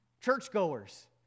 Churchgoers